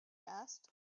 asked